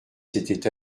s’étaient